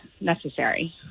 necessary